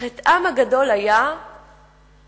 חטאם הגדול היה שהם,